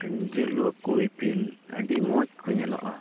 ᱡᱩᱞᱩᱜ ᱟᱠᱚ ᱤᱯᱤᱞ ᱟᱹᱰᱤ ᱢᱚᱡᱽ ᱠᱚ ᱧᱮᱞᱚᱜᱼᱟ